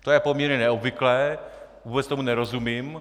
To je poměrně neobvyklé, vůbec tomu nerozumím.